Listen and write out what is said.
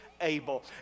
able